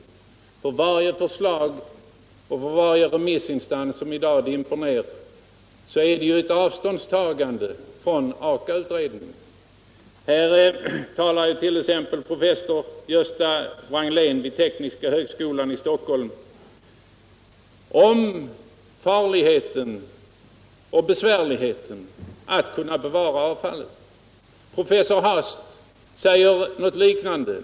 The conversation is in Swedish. I fråga om varje förslag och' varje remissinstans i dag sker ju ett avståndstagande från Aka-utredningen. Professor Gösta Wranglén vid tekniska högskolan i Stockholm, exempelvis, talar om riskerna och svårigheterna när det gäller att förvara avfallet. Professor Nils Hast säger något liknande.